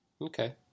okay